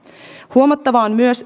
huomattavaa on myös